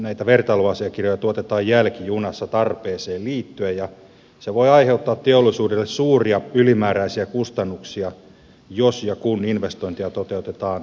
näitä vertailuasiakirjoja tuotetaan jälkijunassa tarpeeseen liittyen ja se voi aiheuttaa teollisuudelle suuria ylimääräisiä kustannuksia jos ja kun investointeja toteutetaan pioneerihankkeina